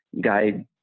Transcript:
guide